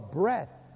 breath